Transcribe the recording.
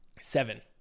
Seven